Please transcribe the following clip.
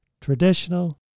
traditional